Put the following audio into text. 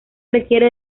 requiere